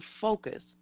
focus